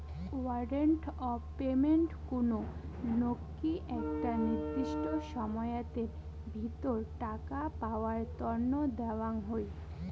warrant of payment কুনো লোককি একটা নির্দিষ্ট সময়াতের ভিতর টাকা পাওয়ার তন্ন দেওয়াঙ হই